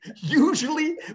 usually